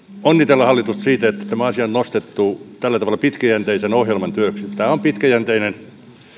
onnitella hallitusta siitä että tämä asia on nostettu tällä tavalla pitkäjänteisen työn ohjelmaksi tämä on pitkäjänteinen